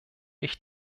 ich